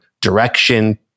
direction